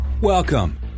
Welcome